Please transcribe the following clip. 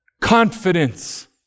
confidence